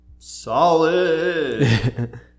solid